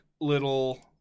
little